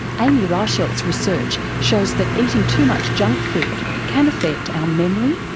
amy reichelt's research shows that eating too much junk food can affect our memory,